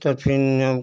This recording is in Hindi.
तो फिर